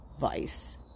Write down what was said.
vice